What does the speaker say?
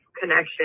connection